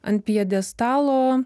ant pjedestalo